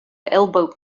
elbowed